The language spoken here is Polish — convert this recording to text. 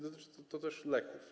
Dotyczy to też leków.